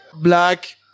black